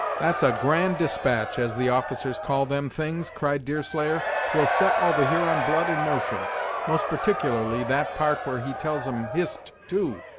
that's a grand despatch, as the officers call them things! cried deerslayer twill set all the huron blood in motion most particularily that part where he tells em hist, too,